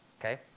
Okay